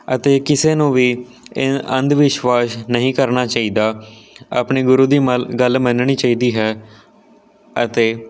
ਅਤੇ ਕਿਸੇ ਨੂੰ ਵੀ ਇਹ ਅੰਧ ਵਿਸ਼ਵਾਸ ਨਹੀਂ ਕਰਨਾ ਚਾਹੀਦਾ ਆਪਣੇ ਗੁਰੂ ਦੀ ਮੱਲ ਗੱਲ ਮੰਨਣੀ ਚਾਹੀਦੀ ਹੈ ਅਤੇ